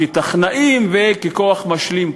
כטכנאים וככוח משלים,